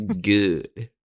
good